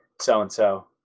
so-and-so